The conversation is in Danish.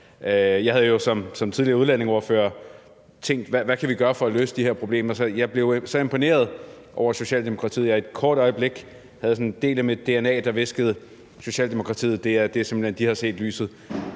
Jeg havde jo som tidligere udlændingeordfører tænkt over, hvad vi kunne gøre for at løse de her problemer, så jeg blev så imponeret over Socialdemokratiet, at der et kort øjeblik var en del af mit dna, der hviskede: Socialdemokratiet har simpelt hen set lyset.